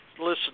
Listen